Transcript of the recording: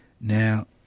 Now